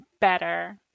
better